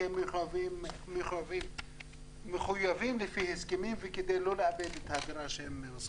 כי הם מחויבים לפי הסכמים וכדי לא לאבד את הדירה שהם שוכרים.